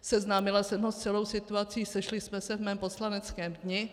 Seznámila jsem ho s celou situací, sešli jsme se v mém poslaneckém dni.